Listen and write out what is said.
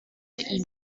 ihm